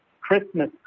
Christmas